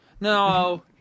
No